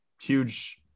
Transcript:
Huge